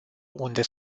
unde